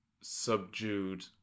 subdued